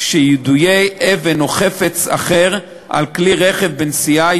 שיידוי אבן או חפץ אחר על כלי רכב בנסיעה הוא